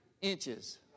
inches